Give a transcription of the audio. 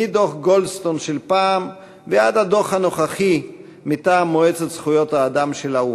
מדוח גולדסטון של פעם ועד הדוח הנוכחי מטעם מועצת זכויות האדם של האו"ם.